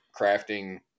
crafting